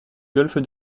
golfe